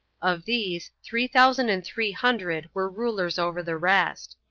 of these three thousand and three hundred were rulers over the rest.